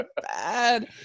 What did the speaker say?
bad